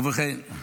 ובכן,